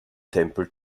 tempel